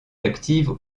active